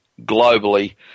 globally